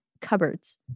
cupboards